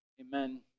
Amen